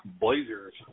Blazers